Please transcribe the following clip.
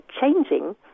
changing